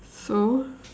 so